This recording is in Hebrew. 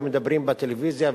ומדברים בטלוויזיה,